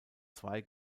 zwei